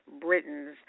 Britons